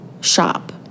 shop